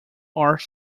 are